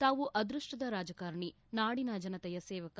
ತಾವು ಅದೃಷ್ಷದ ರಾಜಕಾರಣೆ ನಾಡಿನ ಜನತೆಯ ಸೇವಕ